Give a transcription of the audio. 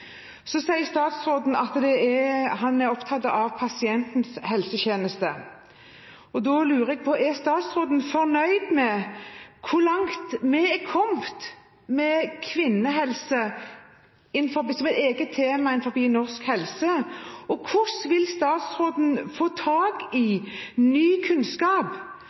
Statsråden sier at han er opptatt av pasientens helsetjeneste. Da lurer jeg på: Er statsråden fornøyd med hvor langt vi har kommet med å få kvinnehelse som et eget tema innenfor norsk helsepolitikk? Hvordan vil statsråden få tak i ny kunnskap